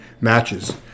matches